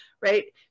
right